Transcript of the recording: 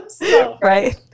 Right